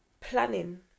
planning